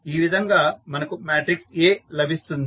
ఈ విధంగా మనకు మాట్రిక్స్ A లభిస్తుంది